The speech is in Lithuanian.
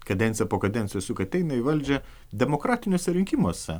kadenciją po kadencijos juk eina į valdžią demokratiniuose rinkimuose